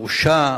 הורשע?